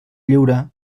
lliure